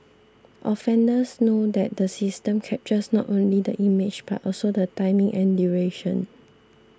offenders know that the system captures not only the image but also the timing and duration